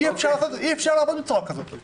אי אפשר לעבוד בצורה כזאת.